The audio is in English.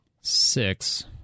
Six